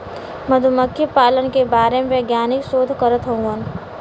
मधुमक्खी पालन के बारे में वैज्ञानिक शोध करत हउवन